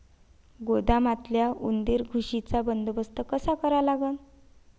गोदामातल्या उंदीर, घुशीचा बंदोबस्त कसा करा लागन?